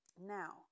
Now